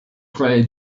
play